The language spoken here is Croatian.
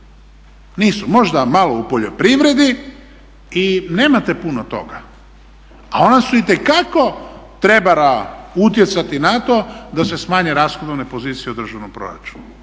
Nisu. Možda malo u poljoprivredi. I nemate puno toga, a ona su itekako trebala utjecati na to da se smanje rashodovne pozicije u državnom proračunu,